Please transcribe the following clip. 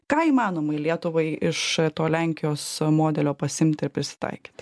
ką įmanoma lietuvai iš to lenkijos modelio pasiimt ir prisitaikyt